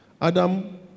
Adam